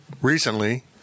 recently